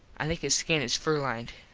i think his skin is furlined.